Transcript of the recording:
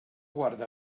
guarda